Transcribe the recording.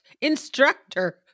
instructor